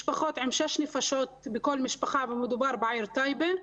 משפחות עם שש נפשות בכל משפחה, ומדובר בעיר טייבה.